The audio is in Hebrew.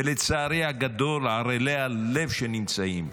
ולצערי הגדול ערלי הלב שנמצאים,